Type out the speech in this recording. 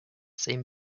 same